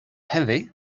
heavy